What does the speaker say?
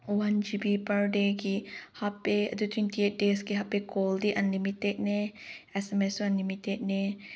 one G B per ꯗꯦꯒꯤ ꯍꯥꯞꯄꯦ ꯑꯗꯨ ꯇ꯭ꯋꯦꯟꯇꯤ ꯑꯩꯠ ꯗꯦꯁꯀꯤ ꯍꯥꯞꯄꯦ ꯀꯣꯜꯗꯤ ꯑꯟꯂꯤꯃꯤꯇꯦꯗꯅꯦ ꯑꯦꯁ ꯑꯦꯝ ꯑꯦꯁꯁꯨ ꯑꯟꯂꯤꯃꯤꯇꯦꯗꯅꯦ